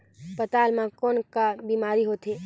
पातल म कौन का बीमारी होथे?